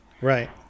right